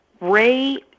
Ray